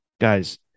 Guys